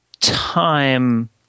time